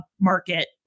market